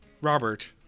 Robert